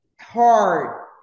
Hard